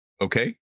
Okay